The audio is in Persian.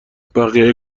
بقیه